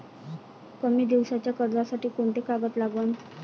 कमी दिसाच्या कर्जासाठी कोंते कागद लागन?